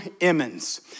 Emmons